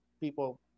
people